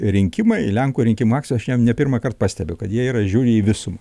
rinkimai į lenkų rinkimų akciją aš ne pirmąkart pastebiu kad jie yra žiūri į visumą